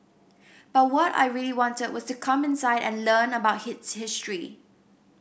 but what I really wanted was to come inside and learn about its history